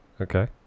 Okay